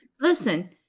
Listen